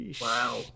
Wow